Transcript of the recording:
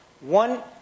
One